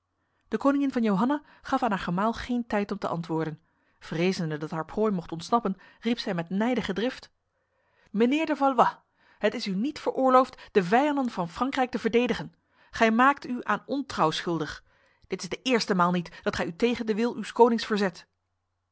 de koningin johanna gaf aan haar gemaal geen tijd om te antwoorden vrezende dat haar prooi mocht ontsnappen riep zij met nijdige drift mijnheer de valois het is u niet veroorloofd de vijanden van frankrijk te verdedigen gij maakt u aan ontrouw schuldig dit is de eerste maal niet dat gij u tegen de wil uws konings verzet